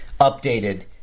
updated –